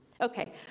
Okay